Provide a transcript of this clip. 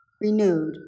renewed